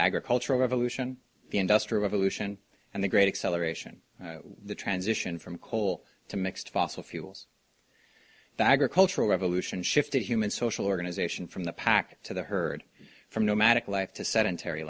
agricultural revolution the industrial revolution and the great acceleration the transition from coal to mixed fossil fuels the agricultural revolution shifted human social organization from the pack to the heard from nomadic life to sedentary